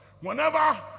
whenever